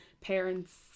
parents